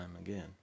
again